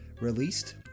released